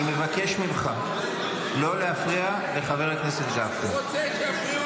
אני מבקש ממך לא להפריע לחבר הכנסת גפני.